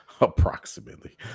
Approximately